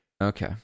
Okay